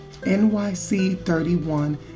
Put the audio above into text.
nyc31